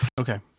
okay